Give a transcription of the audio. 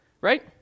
right